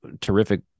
terrific